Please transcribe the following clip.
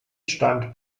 stand